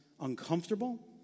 uncomfortable